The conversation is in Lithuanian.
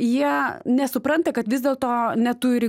jie nesupranta kad vis dėlto neturi